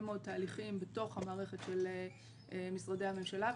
מאוד תהליכים בתוך המערכת של משרדי הממשלה,